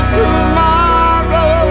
tomorrow